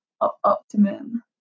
Optimum